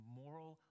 moral